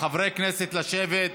חברי הכנסת, לשבת.